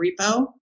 repo